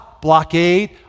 blockade